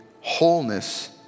wholeness